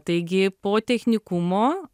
taigi po technikumo